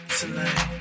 tonight